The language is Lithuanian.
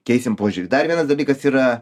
keisim požiūrį tai vienas dalykas yra